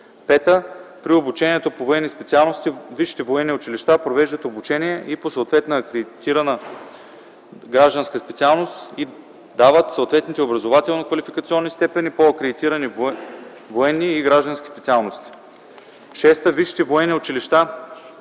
(5) При обучението по военни специалности висшите военни училища провеждат обучение и по съответна акредитирана гражданска специалност и дават съответните образователно-квалификационни степени по акредитирани военни и граждански специалности. (6) Висшите военни училища